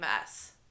mess